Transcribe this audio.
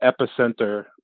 epicenter